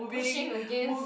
pushing against